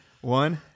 one